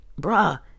bruh